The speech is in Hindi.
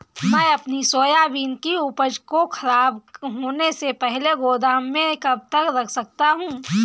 मैं अपनी सोयाबीन की उपज को ख़राब होने से पहले गोदाम में कब तक रख सकता हूँ?